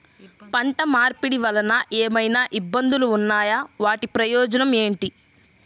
పంట మార్పిడి వలన ఏమయినా ఇబ్బందులు ఉన్నాయా వాటి ప్రయోజనం ఏంటి?